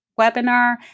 webinar